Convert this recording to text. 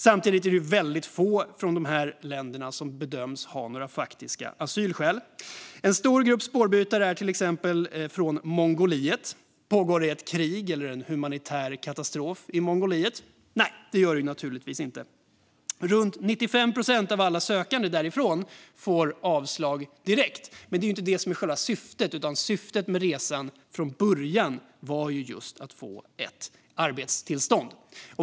Samtidigt är det väldigt få från de här länderna som bedöms ha några faktiska asylskäl. En stor grupp spårbytare är från Mongoliet. Pågår det ett krig eller en humanitär katastrof i Mongoliet? Nej, det gör det naturligtvis inte. Runt 95 procent av alla asylsökande därifrån får avslag direkt, men det är ju inte det som är syftet. Syftet med resan är från början att få ett arbetstillstånd.